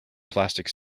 plastic